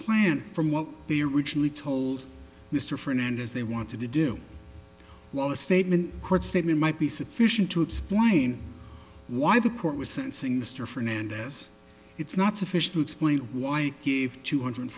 plan from what they originally told mr fernandez they wanted to do while the statement quote statement might be sufficient to explain why the court was sensing mr fernandez it's not sufficient explain why i gave two hundred